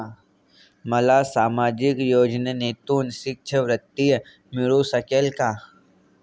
मला सामाजिक योजनेतून शिष्यवृत्ती मिळू शकेल का?